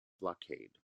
blockade